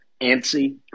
antsy